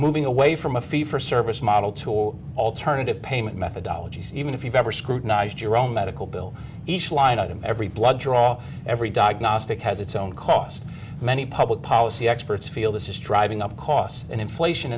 moving away from a fee for service model to alternative payment methodology so even if you've ever scrutinized your own medical bill each line item every blood draw every diagnostic has its own cost many public policy experts feel this is driving up costs and inflation